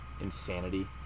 insanity